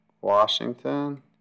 Washington